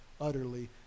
utterly